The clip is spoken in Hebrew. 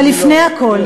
אבל לפני הכול,